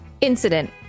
Incident